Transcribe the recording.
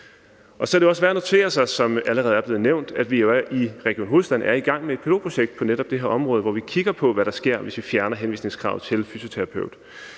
det allerede er blevet nævnt, at vi jo i Region Hovedstaden er i gang med et pilotprojekt på netop det her område, hvor vi kigger på, hvad der sker, hvis vi fjerner henvisningskravet til fysioterapeut.